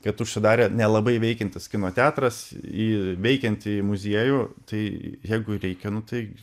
kad užsidarė nelabai veikiantis kino teatras į veikiantį muziejų tai jeigu reikia nu tai